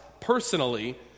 Personally